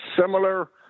similar